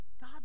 God